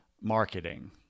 marketing